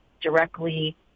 directly